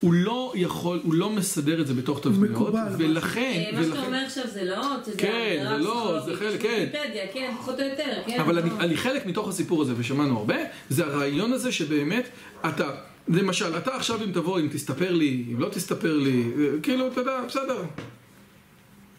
הוא לא יכול, הוא לא מסדר את זה בתוך תבניות, מקובל, ולכן... מה שאתה אומר עכשיו זה לא, אתה יודע... כן, זה לא, זה חלק, כן. יש ויקיפדיה, כן, פחות או יותר, כן. אבל אני, אני חלק מתוך הסיפור הזה, ושמענו הרבה, זה הרעיון הזה שבאמת, אתה... למשל, אתה עכשיו אם תבוא, אם תסתפר לי, אם לא תסתפר לי, כאילו, אתה יודע, בסדר.